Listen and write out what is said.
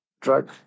drug